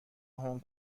هنگ